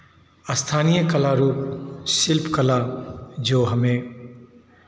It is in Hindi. स्थानीय कला रूप शिल्प कला जो हमें